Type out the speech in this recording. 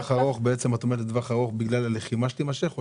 --- בעצם את אומרת לטווח ארוך בגלל הלחימה שתימשך או